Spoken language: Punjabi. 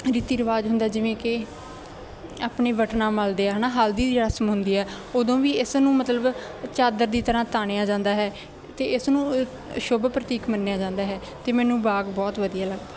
ਰੀਤੀ ਰਿਵਾਜ਼ ਹੁੰਦਾ ਜਿਵੇਂ ਕਿ ਆਪਣੇ ਵਟਨਾ ਮਲਦੇ ਆ ਹੈ ਨਾ ਹਲਦੀ ਦੀ ਰਸਮ ਹੁੰਦੀ ਹੈ ਉਦੋਂ ਵੀ ਇਸ ਨੂੰ ਮਤਲਬ ਚਾਦਰ ਦੀ ਤਰ੍ਹਾਂ ਤਾਣਿਆ ਜਾਂਦਾ ਹੈ ਅਤੇ ਇਸ ਨੂੰ ਸ਼ੁੱਭ ਪ੍ਰਤੀਕ ਮੰਨਿਆ ਜਾਂਦਾ ਹੈ ਅਤੇ ਮੈਨੂੰ ਬਾਗ ਬਹੁਤ ਵਧੀਆ ਲੱਗਦਾ